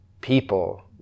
people